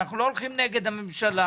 אנחנו לא הולכים נגד הממשלה.